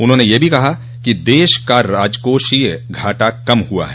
उन्होंने यह भी कहा कि देश का राजकोषीय घाटा कम हुआ है